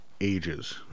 ages